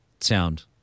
sound